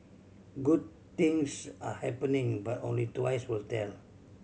good things are happening but only twice will tell